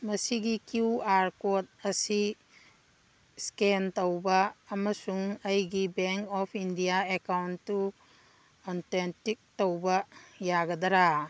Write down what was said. ꯃꯁꯤꯒꯤ Q R code ꯑꯁꯤ scan ꯇꯧꯕ ꯑꯃꯁꯨꯡ ꯑꯩꯒꯤ ꯕꯦꯡ ꯑꯣꯐ ꯏꯟꯗꯤꯌꯥ ꯑꯦꯛꯀꯥꯎꯟꯗꯨ ꯑꯣꯊꯦꯟꯇꯤꯀꯦꯠ ꯌꯧꯕ ꯌꯥꯒꯗ꯭ꯔ